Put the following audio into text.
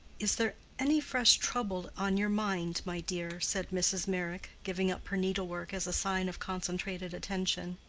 is there any fresh trouble on your mind, my dear? said mrs. meyrick, giving up her needlework as a sign of concentrated attention.